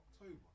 October